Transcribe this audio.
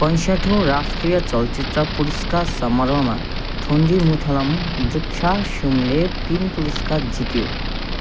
पैसठौँ राष्ट्रिय चलचित्र पुरस्कार समारोहमा थोन्डिमुथलम द्रीक्षाक्ष्युमले तिन पुरस्कार जित्यो